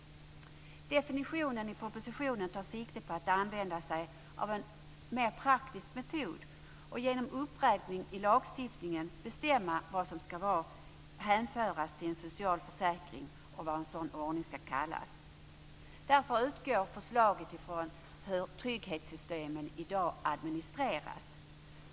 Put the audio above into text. Definitionen i propositionen tar sikte på en mer praktisk metod för avgörande av detta, nämligen att genom uppräkning i lagstiftningen bestämma vad som ska hänföras till en socialförsäkring och vad en sådan ordning ska kallas. Därför utgår förslaget från hur trygghetssystemen i dag administreras.